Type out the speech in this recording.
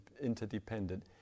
interdependent